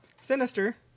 Sinister